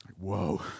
Whoa